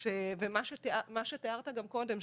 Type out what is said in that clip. של מה שתיארת גם קודם,